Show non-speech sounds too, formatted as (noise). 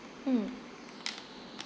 mm (noise)